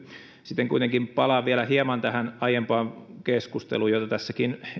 sitten kuitenkin palaan vielä hieman tähän aiempaan keskusteluun jota tässäkin